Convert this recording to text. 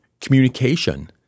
communication